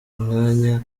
n’umwanya